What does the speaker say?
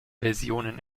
versionen